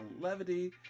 levity